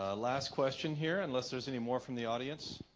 ah last question here unless there's any more from the audience